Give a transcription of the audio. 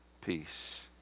peace